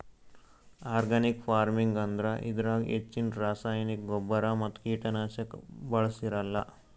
organic farming ಅಂದ್ರ ಇದ್ರಾಗ್ ಹೆಚ್ಚಿನ್ ರಾಸಾಯನಿಕ್ ಗೊಬ್ಬರ್ ಮತ್ತ್ ಕೀಟನಾಶಕ್ ಬಳ್ಸಿರಲ್ಲಾ